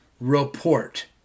Report